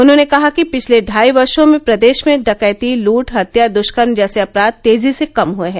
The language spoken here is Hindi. उन्होंने कहा कि पिछले ढाई व र्गो में प्रदेश में डकैती लट हत्या द कर्म जैसे अपराघ तेजी से कम हुए हैं